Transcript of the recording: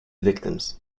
victims